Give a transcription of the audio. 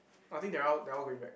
I think they all they all going back